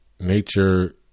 nature